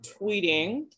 tweeting